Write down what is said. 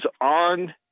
on